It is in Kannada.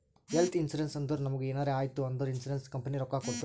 ಹೆಲ್ತ್ ಇನ್ಸೂರೆನ್ಸ್ ಅಂದುರ್ ನಮುಗ್ ಎನಾರೇ ಆಯ್ತ್ ಅಂದುರ್ ಇನ್ಸೂರೆನ್ಸ್ ಕಂಪನಿ ರೊಕ್ಕಾ ಕೊಡ್ತುದ್